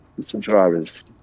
Subscribers